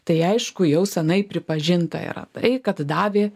tai aišku jau senai pripažinta yra tai kad davė